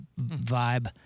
vibe